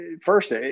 first